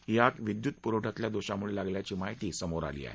ही आग विद्युत पुरवठ्यातील दोषामुळे लागल्याची माहिती समोर आली आहे